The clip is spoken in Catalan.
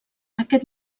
aquest